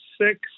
six